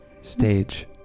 stage